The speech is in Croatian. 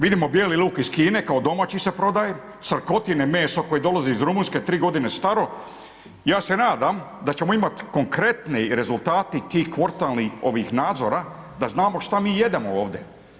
Vidimo bijeli luk iz Kine kao domaći se prodaje, crkotine, meso koje dolazi iz Rumunjske 3 g. staro, ja se nadam da ćemo imati konkretne rezultate tih kvartalnih ovih nadzora da znamo šta mi jedemo ovdje.